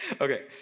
Okay